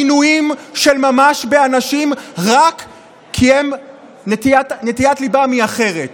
עינויים של ממש באנשים רק כי נטיית ליבם היא אחרת.